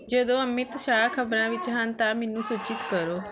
ਜਦੋਂ ਅਮਿਤ ਸ਼ਾਹ ਖ਼ਬਰਾਂ ਵਿੱਚ ਹਨ ਤਾਂ ਮੈਨੂੰ ਸੂਚਿਤ ਕਰੋ